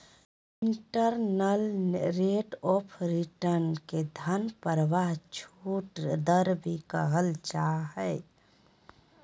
internal rate of return के धन प्रवाह छूट दर भी कहल जा हय